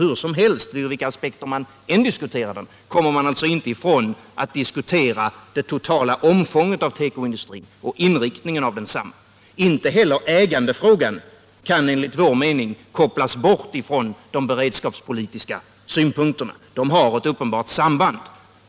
Ur vilka aspekter man än diskuterar den kommer man inte ifrån att också diskutera det totala omfånget av tekoindustrin och inriktningen av densamma. Inte heller ägandefrågan kan enligt vår mening kopplas bort från de beredskapspolitiska synpunkterna — de har ett uppenbart samband.